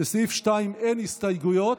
לסעיף 2 אין הסתייגויות.